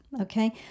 okay